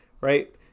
right